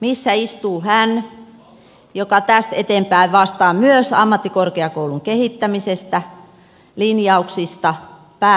missä istuu hän joka tästä eteenpäin vastaa myös ammattikorkeakoulun kehittämisestä linjauksista päätöksistä